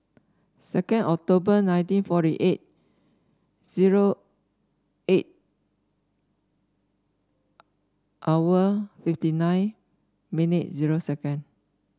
second October nineteen forty eight zero eight hour fifty nine minute zero second